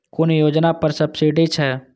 कुन योजना पर सब्सिडी छै?